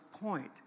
point